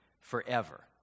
forever